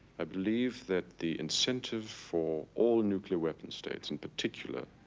i believe that the incentive for all nuclear weapon states, in particular.